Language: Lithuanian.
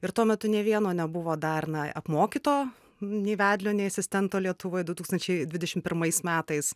ir tuo metu nė vieno nebuvo dar na apmokyto nei vedlio nei asistento lietuvoj du tūkstančiai dvidešim pirmais metais